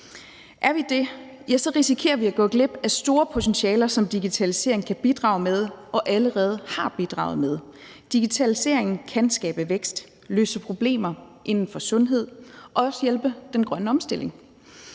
Er vi det, risikerer vi at gå glip af store potentialer, som digitaliseringen kan bidrage med og allerede har bidraget med. Digitalisering kan skabe vækst, løse problemer inden for sundhed og også hjælpe den grønne omstilling,